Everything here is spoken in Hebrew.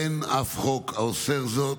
אין אף חוק האוסר זאת,